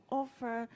offer